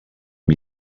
amb